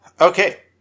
Okay